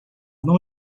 não